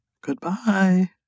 Goodbye